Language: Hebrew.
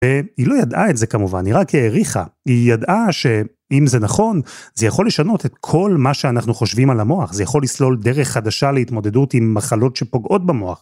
והיא לא ידעה את זה כמובן, היא רק העריכה. היא ידעה שאם זה נכון, זה יכול לשנות את כל מה שאנחנו חושבים על המוח, זה יכול לסלול דרך חדשה להתמודדות עם מחלות שפוגעות במוח.